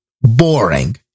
boring